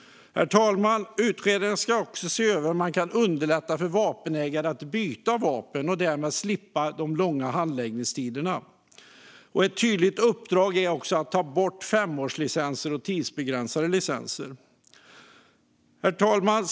Herr talman! Utredaren ska också se över hur man kan underlätta för vapenägare att byta vapen och därmed slippa de långa handläggningstiderna. Ett tydligt uppdrag är även att ta bort femårslicenser och tidsbegränsade licenser. Herr talman!